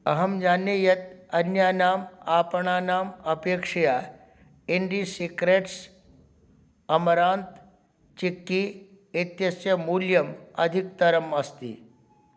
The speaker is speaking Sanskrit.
अहं जाने यत् अन्यानाम् आपणानाम् अपेक्षया इण्डी सीक्रेट्स् अमरान्त् चिक्की इत्यस्य मूल्यम् अधिकतरम् अस्ति